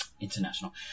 international